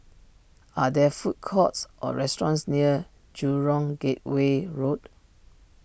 are there food courts or restaurants near Jurong Gateway Road